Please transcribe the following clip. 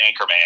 Anchorman